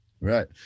Right